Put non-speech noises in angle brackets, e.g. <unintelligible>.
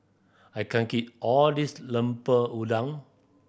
I can't <unintelligible> all of this Lemper Udang